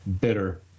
bitter